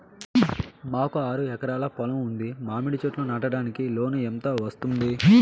మాకు ఆరు ఎకరాలు పొలం ఉంది, మామిడి చెట్లు నాటడానికి లోను ఎంత వస్తుంది?